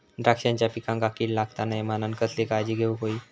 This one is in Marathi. द्राक्षांच्या पिकांक कीड लागता नये म्हणान कसली काळजी घेऊक होई?